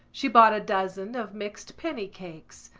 she bought a dozen of mixed penny cakes,